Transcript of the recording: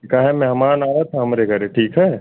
क्या है मेहमान आ रहे हैं हमारे घर ठीक है